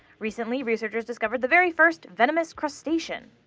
recently, researchers discovered the very first venomous crustacean.